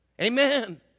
Amen